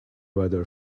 weather